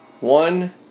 One